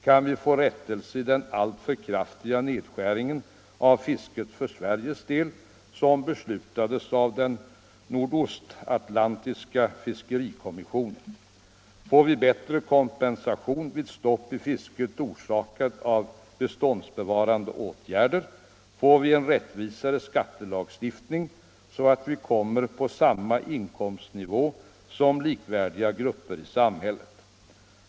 Kan vi få rättelse i den alltför kraftiga nedskärningen av fisket för Sveriges del som beslutades av den nordostatlantiska fiskerikommissionen? Får vi bättre kompensation vid stopp i fisket orsakat av beståndsbevarande åtgärder? Får vi en rättvisare skattelagstiftning så att vi kommer på samma inkomstnivå som likvärdiga grupper i samhället?